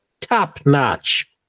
Top-notch